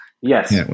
Yes